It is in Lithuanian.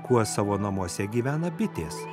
kuo savo namuose gyvena bitės